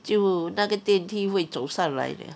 就那个电梯会走上来 liao